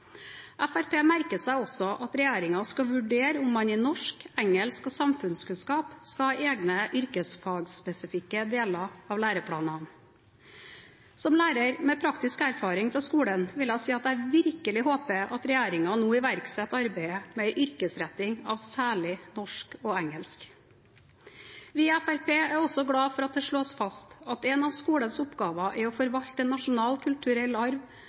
merker seg også at regjeringen skal vurdere om man i norsk, engelsk og samfunnskunnskap skal ha egne yrkesfagsspesifikke deler av læreplanene. Som lærer med praktisk erfaring fra skolen vil jeg si at jeg virkelig håper at regjeringen nå iverksetter arbeidet med en yrkesretting av særlig norsk og engelsk. Vi i Fremskrittspartiet er også glad for at det slås fast at en av skolens oppgaver er å forvalte en nasjonal kulturell arv